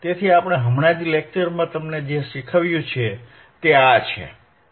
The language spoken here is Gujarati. તેથી હમણાં જ લેકચરમાં તમને જે શીખવ્યું તે આ છે